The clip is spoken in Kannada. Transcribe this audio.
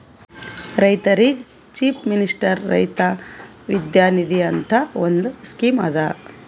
ರೈತರಿಗ್ ಚೀಫ್ ಮಿನಿಸ್ಟರ್ ರೈತ ವಿದ್ಯಾ ನಿಧಿ ಅಂತ್ ಒಂದ್ ಸ್ಕೀಮ್ ಅದಾ